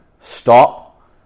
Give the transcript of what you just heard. stop